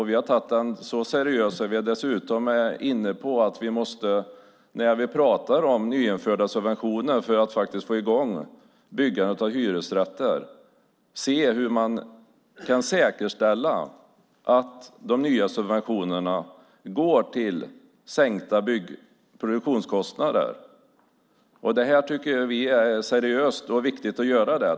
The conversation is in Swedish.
Vi har tagit den så seriöst att vi dessutom är inne på att vi måste se hur man kan säkerställa att de nya subventionerna går till sänkta produktionskostnader när vi pratar om nyinförda subventioner för att få i gång byggandet av hyresrätter. Det här tycker vi är seriöst. Det är viktigt att göra det.